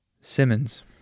Simmons